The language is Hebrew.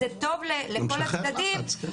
זה טוב לכל הצדדים,